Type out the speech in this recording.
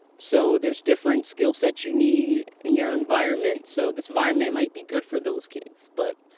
so there's different skill sets you need in your environment. so this environment might be good for those kids. but